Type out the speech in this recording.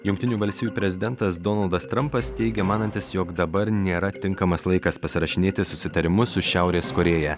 jungtinių valstijų prezidentas donaldas trampas teigė manantis jog dabar nėra tinkamas laikas pasirašinėti susitarimus su šiaurės korėja